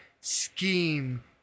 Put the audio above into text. scheme